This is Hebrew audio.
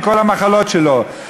עם כל המחלות שלו,